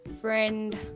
friend